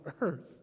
earth